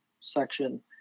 section